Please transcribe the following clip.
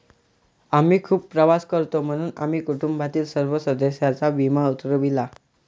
आम्ही खूप प्रवास करतो म्हणून आम्ही कुटुंबातील सर्व सदस्यांचा विमा उतरविला